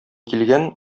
килгән